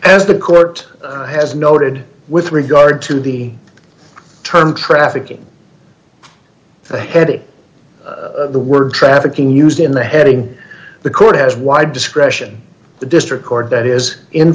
as the court has noted with regard to the term trafficking the heavy the word trafficking used in the heading the court has wide discretion the district court that is in